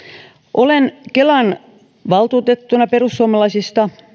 olen kelan valtuutettuna perussuomalaisista